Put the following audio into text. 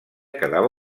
quedava